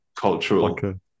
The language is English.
cultural